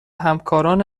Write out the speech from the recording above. همکاران